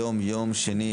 היום יום שני,